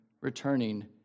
returning